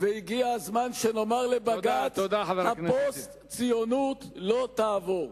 והגיע הזמן שנאמר לבג"ץ: הפוסט-ציונות לא תעבור.